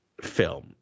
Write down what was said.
film